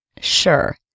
sure